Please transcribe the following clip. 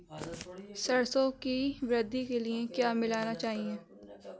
सरसों की वृद्धि के लिए क्या मिलाना चाहिए?